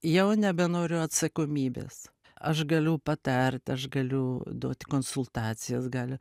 jau nebenoriu atsakomybės aš galiu patart aš galiu duot konsultacijas gali